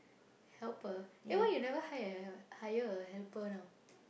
helper eh why you never hire hire a helper now